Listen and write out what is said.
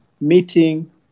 meeting